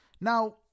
Now